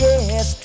Yes